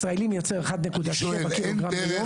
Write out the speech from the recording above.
ישראלי מייצר --- אני שואל האם אין דרך